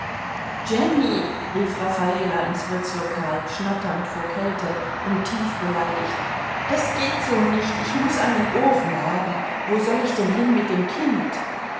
jenny rief raffala ins wirtslokal schnatternd vor kälte und tief beleidigt das geht so nicht ich muß einen ofen haben wo soll ich denn hin mit dem kind